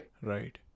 Right